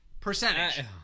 Percentage